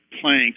plank